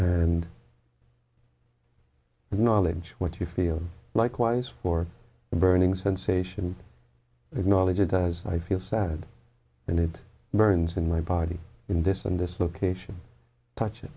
and knowledge what you feel likewise for the burning sensation of knowledge it does i feel sad and it burns in my body in this and this location touch it